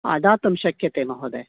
हा दातुं शक्यते महोदय